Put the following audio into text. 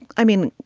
i mean,